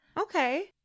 Okay